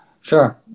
Sure